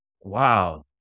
wow